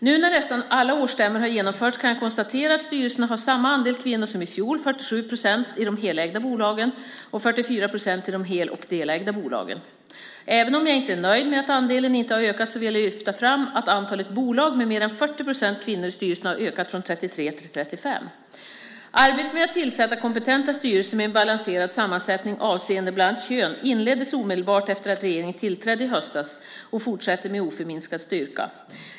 Nu när nästan alla årsstämmor har genomförts kan jag konstatera att styrelserna har samma andel kvinnor som i fjol, 47 procent i de helägda bolagen och 44 procent i de hel och delägda bolagen. Även om jag inte är nöjd med att andelen inte har ökat vill jag lyfta fram att antalet bolag med mer än 40 procent kvinnor i styrelserna har ökat från 33 till 35. Arbetet med att tillsätta kompetenta styrelser med en balanserad sammansättning avseende bland annat kön inleddes omedelbart efter att regeringen tillträdde i höstas och fortsätter med oförminskad styrka.